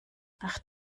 ach